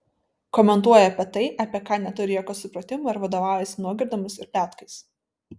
komentuoja apie tai apie ką neturi jokio supratimo ir vadovaujasi nuogirdomis ir pletkais